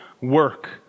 work